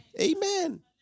Amen